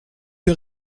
que